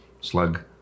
slug